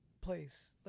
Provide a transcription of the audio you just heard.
place